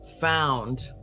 found